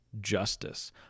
justice